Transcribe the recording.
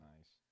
Nice